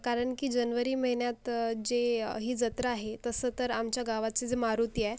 कारण की जनवरी महिन्यात जे ही जत्रा आहे तसं तर आमच्या गावाचे जे मारुती आहे